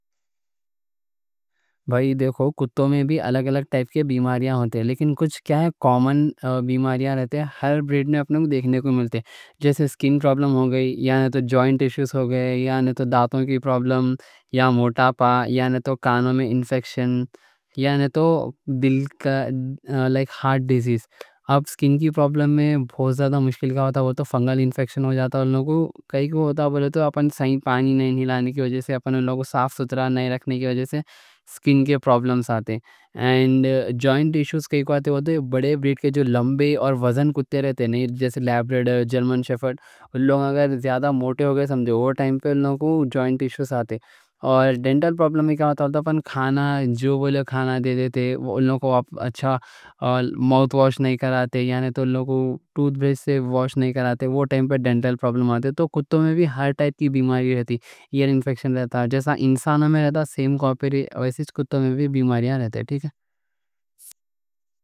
بھائی دیکھو، کتوں میں بھی الگ الگ ٹائپ کے بیماریاں رہتے۔ لیکن کچھ کائیں کوں کومن بیماریاں رہتے، ہر بریڈ میں اپنے کو دیکھنے کو ملتے۔ جیسے سکن پرابلم ہو جائے، یا نہ تو جوائنٹ ایشوز، یا نہ تو دانتوں کی پرابلم، یا موٹاپا، یا نہ تو کانوں میں انفیکشن، یا نہ تو دل کا ہارٹ ڈیزیز۔ اب سکن کی پرابلم میں بہت زیادہ مشکل ہوتا، وہ تو فنگل انفیکشن ہو جاتا۔ کائیں کوں اپنے پانی نہیں لانے کی وجہ سے، اپنے لوگ صاف ستھرا نہیں رکھنے کی وجہ سے، سکن کے پرابلمز آتے۔ جوائنٹ ایشوز کائیں کوں آتے، بڑے بریڈ کے جو لمبے اور وزن کتے رہتے، جیسے لیبریڈر، جرمن شیفرد؛ اگر زیادہ موٹے ہو گئے سمجھیں وہ ٹائم پر انہوں کو جوائنٹ ایشوز آتے۔ اور ڈینٹل پرابلم میں کیا مطلب ہوتا؟ اپنے کھانا بولے تو کھانا دے دیتے، انہوں کو اچھا ماؤتھ واش نہیں کراتے، یعنی انہوں کو ٹوتھ برش سے واش نہیں کراتے؛ وہ ٹائم پر ڈینٹل پرابلم آتے۔ تو کتوں میں بھی ہر ٹائپ کی بیماری رہتی، یہ انفیکشن رہتا جیسا انسانوں میں رہتا؛ ویسے کتوں میں بھی بیماریاں رہتے۔